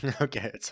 Okay